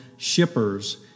shippers